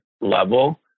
level